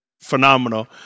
phenomenal